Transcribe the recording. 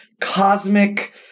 cosmic